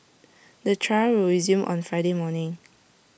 the trial will resume on Friday morning